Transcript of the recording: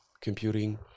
computing